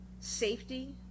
safety